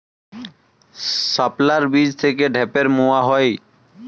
শাপলার বীজ থেকে ঢ্যাপের মোয়া হয়?